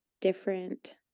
different